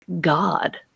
God